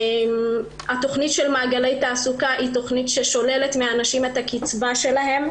התוכנית "מעגלי תעסוקה" שוללת מאנשים את הקצבה שלהם,